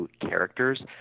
characters